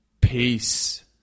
Peace